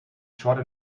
short